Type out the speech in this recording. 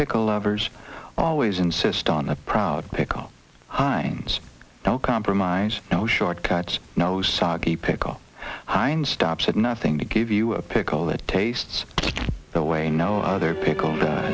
pickle lovers always insist on a proud pickle heinz no compromise no shortcuts no soggy pickle heinz stops at nothing to give you a pickle that tastes the way no other pickle